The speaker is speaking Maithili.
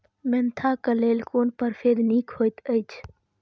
मेंथा क लेल कोन परभेद निक होयत अछि?